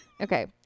Okay